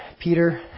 Peter